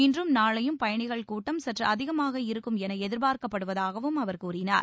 இன்றும் நாளையும் பயணிகள் கூட்டம் சற்று அதிகமாக இருக்கும் என எதிர்பார்க்கப்படுவதாகவும் அவர் கூறினார்